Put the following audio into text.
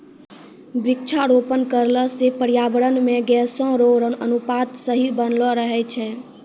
वृक्षारोपण करला से पर्यावरण मे गैसो रो अनुपात सही बनलो रहै छै